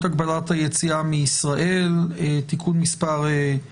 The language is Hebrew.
הגבלת היציאה מישראל (תיקון מס' 5),